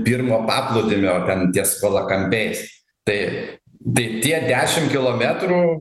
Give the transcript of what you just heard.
pirmo paplūdimio ten ties valakampiais tai bet tie dešimt kilometrų